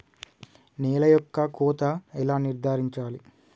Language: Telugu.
నేల యొక్క కోత ఎలా నిర్ధారించాలి?